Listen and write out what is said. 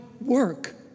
work